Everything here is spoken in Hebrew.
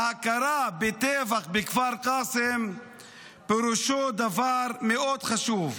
ההכרה בטבח בכפר קאסם פירושה דבר מאוד חשוב: